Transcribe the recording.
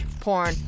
porn